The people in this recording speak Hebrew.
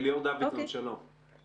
במלים